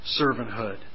servanthood